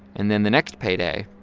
and then the next payday,